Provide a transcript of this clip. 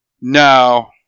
No